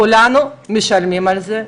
כולנו משלמים על זה,